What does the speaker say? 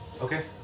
Okay